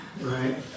right